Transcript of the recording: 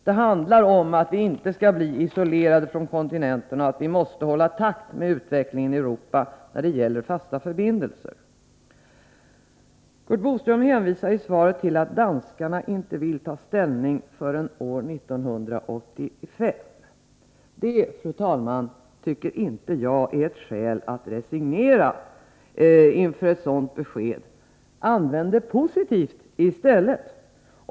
Det handlar om att vi inte skall bli isolerade från kontinenten och att vi måste hålla takt med utvecklingen i Europa när det gäller fasta förbindelser. Curt Boström hänvisar i svaret till att danskarna inte vill ta ställning förrän år 1985. Jag tycker inte, fru talman, att det finns skäl att resignera inför ett sådant besked. Använd det positivt i stället!